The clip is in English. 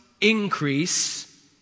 increase